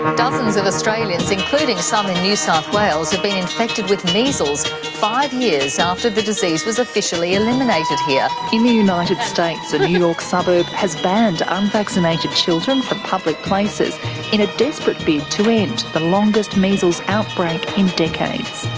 dozens of australians, including some in new south wales, have been infected with measles, five years after the disease was officially eliminated here. in the united states, a new york suburb has banned unvaccinated children from public places in a desperate bid to end the longest measles outbreak in decades.